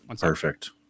Perfect